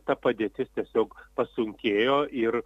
ta padėtis tiesiog pasunkėjo ir